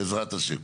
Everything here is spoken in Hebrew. בעזרת ה'.